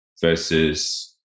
versus